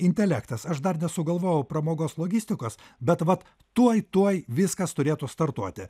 intelektas aš dar nesugalvojau pramogos logistikos bet vat tuoj tuoj viskas turėtų startuoti